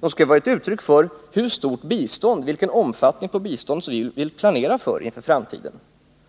skall ju vara ett uttryck för vilken omfattning av biståndet som vi vill planera för inför framtiden.